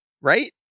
right